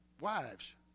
wives